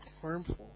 harmful